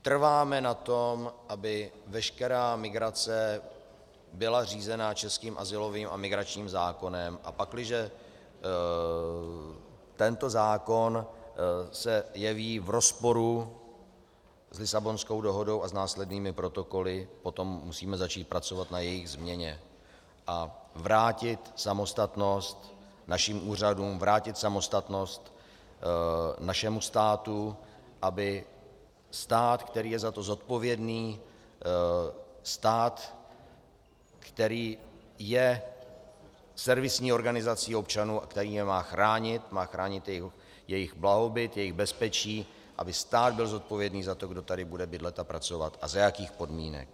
Trváme na tom, aby veškerá migrace byla řízena českým azylovým a migračním zákonem, a pakliže tento zákon se jeví v rozporu s Lisabonskou dohodou a s následnými protokoly, potom musíme začít pracovat na jejich změně a vrátit samostatnost našim úřadům, vrátit samostatnost našemu státu, aby stát, který je za to zodpovědný, stát, který je servisní organizací občanů a který je má chránit, má chránit jejich blahobyt, jejich bezpečí, aby stát byl zodpovědný za to, kdo tady bude bydlet a pracovat a za jakých podmínek.